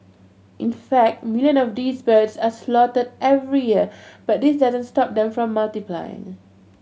in fact million of these birds are slaughtered every year but this doesn't stop them from multiplying